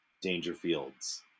Dangerfield's